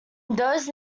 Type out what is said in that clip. those